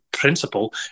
principle